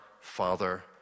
Father